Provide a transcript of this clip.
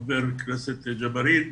חבר הכנסת ג'בארין.